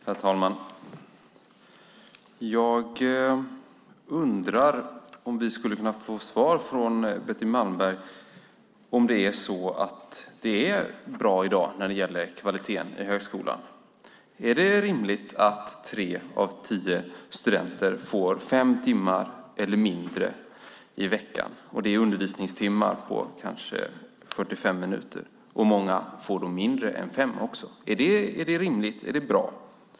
Herr talman! Jag undrar om vi skulle kunna få svar från Betty Malmberg om hon tycker att kvaliteten i högskolan är bra i dag. Är det rimligt att tre av tio studenter får fem timmar eller mindre i veckan? Det är undervisningstimmar på kanske 45 minuter. Många får mindre än fem. Är det rimligt och bra?